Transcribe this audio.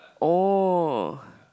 oh